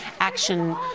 Action